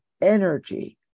energy